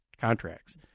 contracts